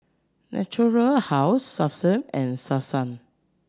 Natura House Selsun and Selsun